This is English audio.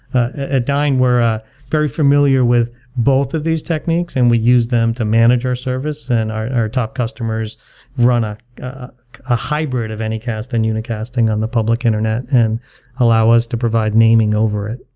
ah at dyn, we're ah very familiar with both of these techniques and we use them to manager our service and our our top customers run a ah hybrid of any cast and unicasting on the public internet and allow us to provide naming over it.